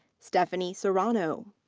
stephanie serrano.